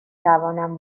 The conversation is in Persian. توانم